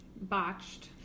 botched